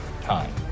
time